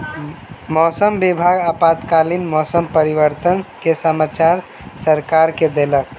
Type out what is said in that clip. मौसम विभाग आपातकालीन मौसम परिवर्तन के समाचार सरकार के देलक